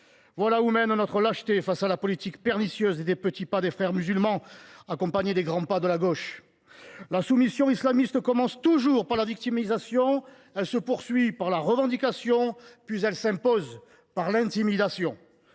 Voilà où mène notre lâcheté face à la pernicieuse politique des petits pas menée par les Frères musulmans, accompagnée des grands pas de la gauche… La soumission islamiste commence toujours par la victimisation. Elle se poursuit par la revendication, puis elle s’impose par l’intimidation.